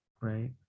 right